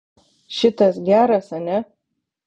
šitas geras ane